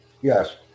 Yes